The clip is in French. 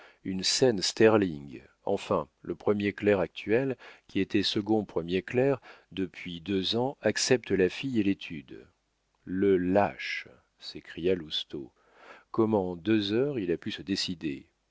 une scène sterling enfin le premier clerc actuel qui était second premier clerc depuis deux ans accepte la fille et l'étude le lâche s'écria lousteau comment en deux heures il a pu se décider